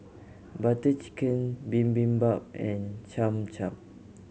Butter Chicken Bibimbap and Cham Cham